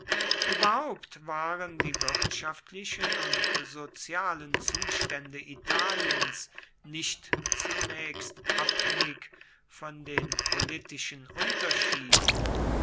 überhaupt waren die wirtschaftlichen und sozialen zustände italiens nicht zunächst abhängig von den politischen unterschieden